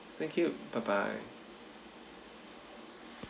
thank you bye bye